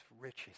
riches